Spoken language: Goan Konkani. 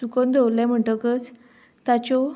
सुकोवन दवरलें म्हणटकच ताच्यो